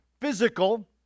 physical